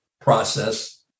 process